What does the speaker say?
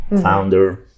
founder